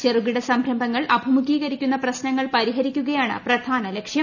ചെറുകിട സംരംഭങ്ങൾ അഭിമുഖീകരിക്കുന്ന പ്രശ്നങ്ങൾ പരിഹരിക്കുകയാണ് പ്രധാന ലക്ഷ്യം